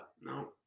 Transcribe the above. No